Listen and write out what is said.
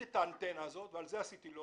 את האנטנה הזאת ועל זה אמרתי "לא",